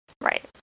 Right